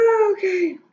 Okay